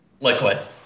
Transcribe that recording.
Likewise